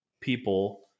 people